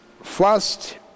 first